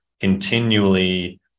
continually